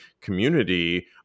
community